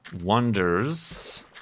wonders